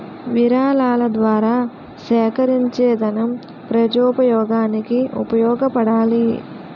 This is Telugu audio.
విరాళాల ద్వారా సేకరించేదనం ప్రజోపయోగానికి ఉపయోగపడాలి